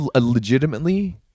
legitimately